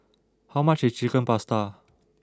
how much is Chicken Pasta